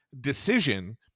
decision